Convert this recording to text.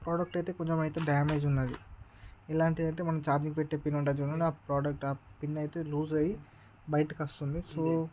product అయితే కొంచెం అయితే డ్యామేజ్ ఉందండి ఇలాంటివి అంటే మన చార్జింగ్ పెట్టే పిన్ ఉంటుంది చూడండి నా ప్రోడక్ట్ ఆ పిన్ అయితే లూజ్ అయ్యి బయటకి వస్తుంది సో